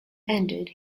ended